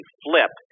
flip